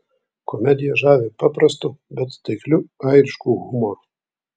komedija žavi paprastu bet taikliu airišku humoru